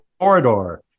Corridor